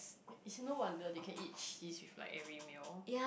is no wonder they can eat cheese with like every meal